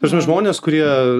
ta prasme žmonės kurie